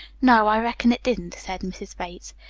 no, i reckon it didn't, said mrs. bates.